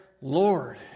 Lord